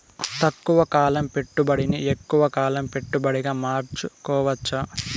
తక్కువ కాలం పెట్టుబడిని ఎక్కువగా కాలం పెట్టుబడిగా మార్చుకోవచ్చా?